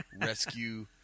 rescue